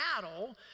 battle